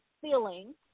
feeling